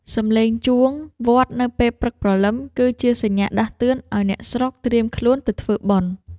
សំឡេងជួងវត្តនៅពេលព្រឹកព្រលឹម គឺជាសញ្ញាដាស់តឿនឱ្យអ្នកស្រុកត្រៀមខ្លួនទៅធ្វើបុណ្យ។